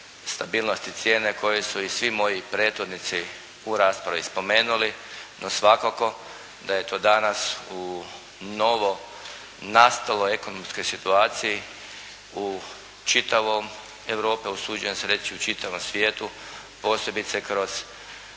stabilnosti cijene koje su i svi moji prethodnici u raspravi spomenuli. No svakako da je to danas u novo nastaloj ekonomskoj situaciji u čitavoj Europi, a usuđujem se reći u čitavom svijetu posebice kroz